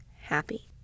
happy